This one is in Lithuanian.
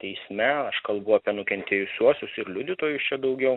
teisme aš kalbu apie nukentėjusiuosius ir liudytojus čia daugiau